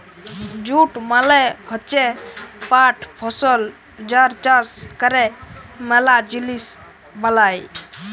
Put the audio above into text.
jute মালে হচ্যে পাট ফসল যার চাষ ক্যরে ম্যালা জিলিস বালাই